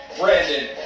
Brandon